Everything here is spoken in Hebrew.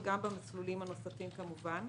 וגם במסלולים הנוספים כמובן.